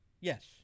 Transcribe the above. yes